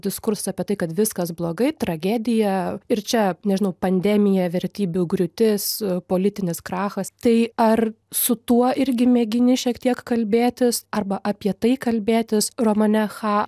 diskursas apie tai kad viskas blogai tragedija ir čia nežinau pandemija vertybių griūtis politinis krachas tai ar su tuo irgi mėgini šiek tiek kalbėtis arba apie tai kalbėtis romane cha